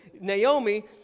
Naomi